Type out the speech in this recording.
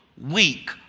weak